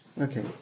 Okay